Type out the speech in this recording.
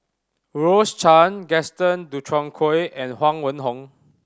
Rose Chan Gaston Dutronquoy and Huang Wenhong